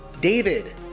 David